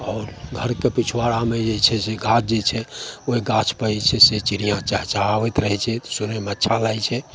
आओर घरके पछुआड़मे जे छै गाछ जे छै ओहि गाछपर जे छै से चिड़िआँ चहचहाबैत रहै छै सुनैमे अच्छा लागै छै